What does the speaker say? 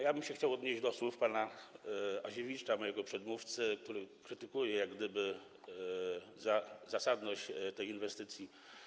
Ja bym się chciał odnieść do słów pana Aziewicza, mojego przedmówcy, który krytykuje jak gdyby zasadność tej inwestycji.